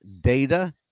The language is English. data